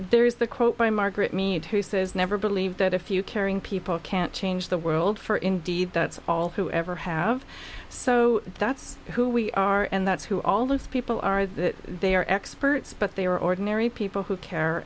there is the quote by margaret mead who says never believe that if you caring people can't change the world for indeed that's all you ever have so that's who we are and that's who all those people are that they are experts but they are ordinary people who care